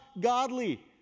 godly